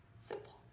Simple